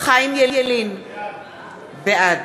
חיים ילין, בעד